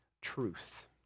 truth